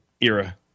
era